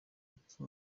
iki